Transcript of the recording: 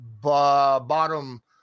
Bottom